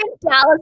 Dallas